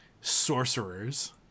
sorcerers